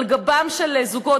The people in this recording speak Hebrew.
על גבם של זוגות,